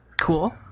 Cool